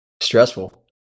stressful